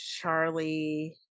Charlie